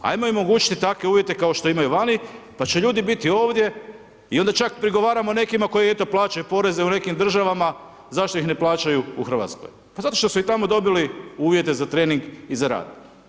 Ajmo im omogućiti takve uvijete kao što imaju vani, pa će ljudi biti ovdje, i onda čak prigovaramo nekima, koji eto, plaćaju poreze u nekim državama, zašto ih ne plaćaju u Hrvatskoj, pa zato što su tamo dobili uvijete za trening i za rad.